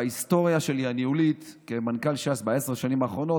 בהיסטוריה הניהולית שלי כמנכ"ל ש"ס בעשר השנים האחרונות,